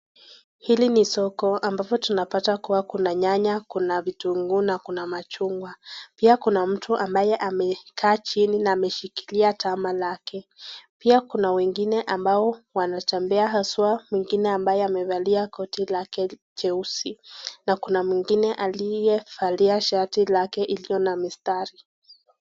Hili ni soko ambapo tunapata Kuwa kuna nyanya, kuna vitunguu na kuna machungwa. Pia kuna mtu ambaye amekaa chini na ameshikilia tama lake. Pia kuna wengine ambao wanatembea haswa, mwingine ambaye amevalia koti lake jeusi. Na kuna mwingine aliyevalia shati lake iliyo na mistari.